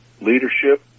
leadership